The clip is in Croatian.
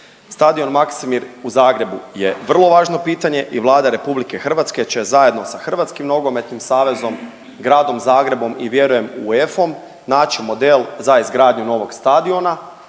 Stadion Maksimir u Zagrebu je vrlo važno pitanje i Vlada RH će zajedno sa hrvatskim nogometnim savezom, Gradom Zagrebom i vjerujem UEFA-om naći model za izgradnju novog stadiona